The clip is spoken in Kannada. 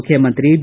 ಮುಖ್ಯಮಂತ್ರಿ ಬಿ